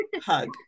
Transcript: hug